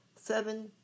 seven